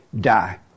die